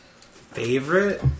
Favorite